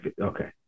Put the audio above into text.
okay